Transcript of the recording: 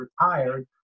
retired